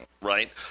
Right